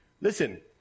Listen